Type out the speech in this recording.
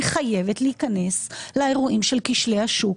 היא חייבת להיכנס לאירועים של כשלי השוק,